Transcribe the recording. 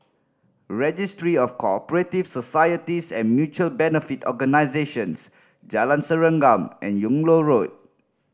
Registry of Co Operative Societies and Mutual Benefit Organisations Jalan Serengam and Yung Loh Road